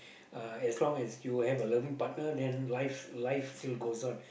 uh as long as you have a loving partner then life life still goes on